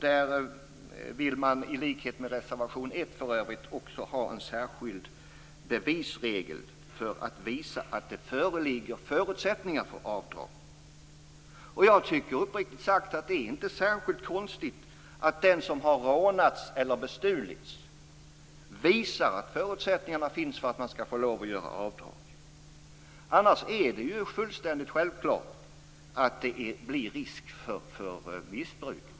Där vill man, i likhet med i reservation 1, ha en särskild bevisregel för att visa att det föreligger förutsättningar för avdrag. Jag tycker uppriktigt sagt att det inte är särskilt konstigt att den som har rånats eller bestulits visar att förutsättningarna finns för att man skall få lov att göra avdrag. Annars är det fullkomligt självklart att det blir risk för missbruk.